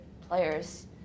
players